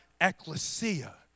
ecclesia